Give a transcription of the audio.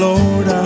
Lord